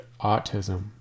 autism